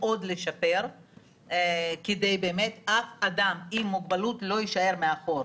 עוד לשפר כדי שאף אדם עם מוגבלות לא יישאר מאחור.